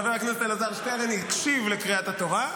חבר הכנסת אלעזר שטרן הקשיב לקריאת התורה,